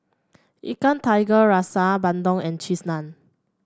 Ikan Tiga Rasa bandung and Cheese Naan